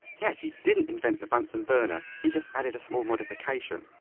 he actually didn't invent the bunsen burner, he just added a small modification.